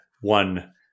one